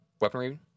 weaponry